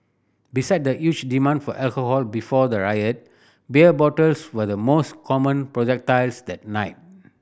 beside the huge demand for alcohol before the riot beer bottles were the most common projectiles that night